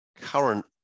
current